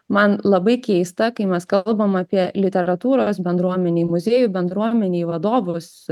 man labai keista kai mes kalbam apie literatūros bendruomenėj muziejų bendruomenėj vadovus